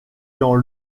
dans